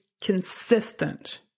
consistent